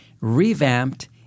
revamped